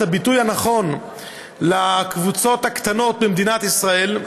הביטוי הנכון לקבוצות הקטנות במדינת ישראל.